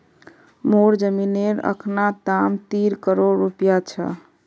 मोर जमीनेर अखना दाम तीन करोड़ रूपया छ